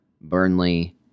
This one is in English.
Burnley